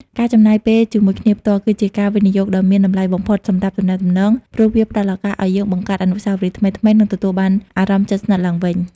ការចំណាយពេលជាមួយគ្នាផ្ទាល់ គឺជាការវិនិយោគដ៏មានតម្លៃបំផុតសម្រាប់ទំនាក់ទំនង ព្រោះវាផ្តល់ឱកាសឱ្យយើងបង្កើតអនុស្សាវរីយ៍ថ្មីៗ និងទទួលបានអារម្មណ៍ជិតស្និទ្ធឡើងវិញ។